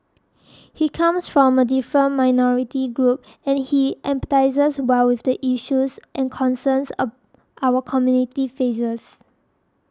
he comes from a different minority group and he empathises well with the issues and concerns our community faces